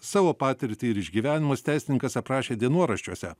savo patirtį ir išgyvenimus teisininkas aprašė dienoraščiuose